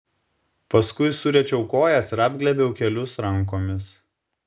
paskui suriečiau kojas ir apglėbiau kelius rankomis